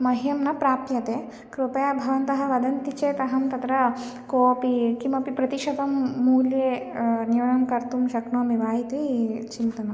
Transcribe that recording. मह्यं न प्राप्यते कृपया भवन्तः वदन्ति चेत् अहं तत्र कोऽपि किमपि प्रतिशतं मूल्ये न्यूनं कर्तुं शक्नोमि वा इति चिन्तनम्